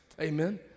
Amen